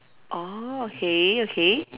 orh okay okay